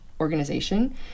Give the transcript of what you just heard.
organization